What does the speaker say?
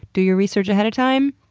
do your research ahead of time.